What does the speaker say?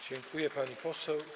Dziękuję, pani poseł.